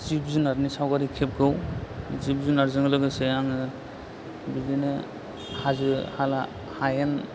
जिब जुनारनि सावगारि खेबगोव जिब जुनारजों लोगोसे आङो बिदिनो हाजो हाला हायेन